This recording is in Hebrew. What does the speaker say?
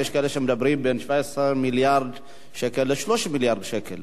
יש כאלה שמדברים על בין 17 מיליארד שקל ל-30 מיליארד שקל.